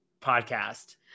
podcast